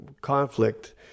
conflict